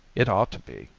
it ought to be,